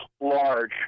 large